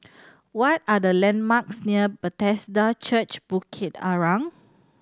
what are the landmarks near Bethesda Church Bukit Arang